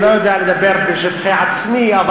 אני לא יודע לדבר בשבחי עצמי,